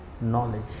knowledge